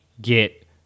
get